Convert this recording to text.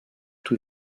tout